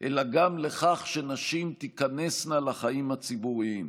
אלא גם לכך שנשים תיכנסנה לחיים הציבוריים.